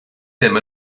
ddim